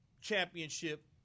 championship